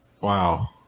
wow